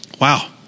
wow